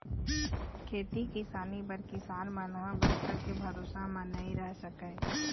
खेती किसानी बर किसान मन ह बरसा के भरोसा म नइ रह सकय